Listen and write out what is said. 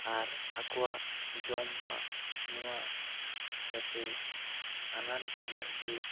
ᱟᱨ ᱟᱠᱚᱣᱟᱜ ᱡᱚᱢᱟᱜ ᱧᱩᱣᱟᱹᱜ ᱡᱟᱛᱮ ᱟᱱᱟᱴ ᱵᱟᱝ ᱠᱷᱟᱹᱛᱤᱨ